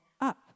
up